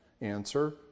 Answer